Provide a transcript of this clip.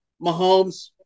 Mahomes